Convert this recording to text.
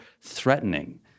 threatening